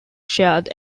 shared